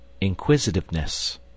INQUISITIVENESS